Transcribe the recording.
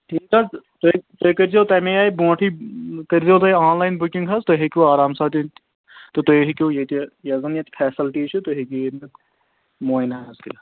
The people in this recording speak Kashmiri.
ٹھیٖک حظ تُہۍ تُہۍ کٔرۍزیٚو تَمے آیہِ برٛونٛٹھٕے کٔرۍزیٚو تُہۍ آن لایِن بُکِنٛگ حظ تُہۍ ہیٚکِو آرام سان یِتھ تہٕ تُہۍ ہیٚکِو ییٚتہِ یۄس زَن ییٚتہِ فیسَلٹی چھِ تُہۍ ہیٚکِو ییٚمیُٛک معاینہٕ حظ کٔرِتھ